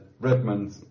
Redmond